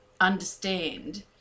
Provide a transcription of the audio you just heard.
understand